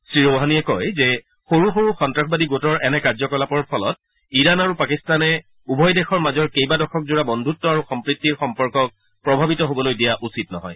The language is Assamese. শ্ৰীৰৌহানীয়ে কয় যে সৰু সৰু সন্তাসবাদী গোটৰ এনে ধৰণৰ কাৰ্যকলাপৰ ফলত ইৰাণ আৰু পাকিস্তানে উভয় দেশৰ মাজৰ কেইবা দশকজোৰা বন্ধুত্ আৰু সম্প্ৰীতিৰ সম্পৰ্কক প্ৰভাৱিত হবলৈ দিয়াটো উচিত নহয়